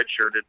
redshirted